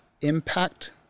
impact